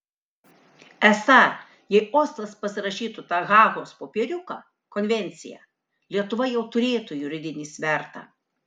esą jei oslas pasirašytų tą hagos popieriuką konvenciją lietuva jau turėtų juridinį svertą